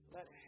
Let